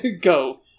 go